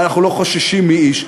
ואנחנו לא חוששים מאיש.